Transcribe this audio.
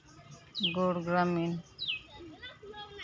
ᱜᱚᱲ ᱜᱨᱟᱢᱤᱱ